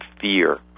fear